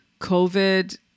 COVID